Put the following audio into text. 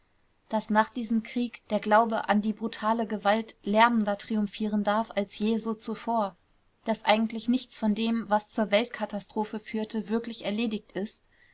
daß nach diesem kriege der glaube an die brutale gewalt lärmender triumphieren darf als je so zuvor daß eigentlich nichts von dem was zur weltkatastrophe führte wirklich erledigt ist